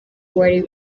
wari